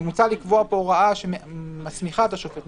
מוצע לקבוע פה הוראה שמסמיכה את השופט,